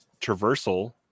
traversal